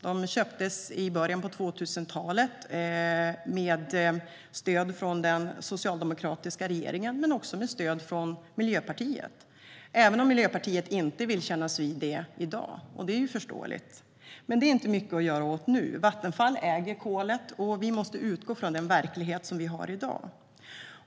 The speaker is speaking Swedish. De köptes i början av 2000-talet, vilket skedde med stöd av den socialdemokratiska regeringen men också med stöd av Miljöpartiet, även om Miljöpartiet inte vill kännas vid det i dag, och det är ju förståeligt. Men detta är det inte mycket att göra åt nu. Vattenfall äger kolet, och vi måste utgå från den verklighet som vi har i dag.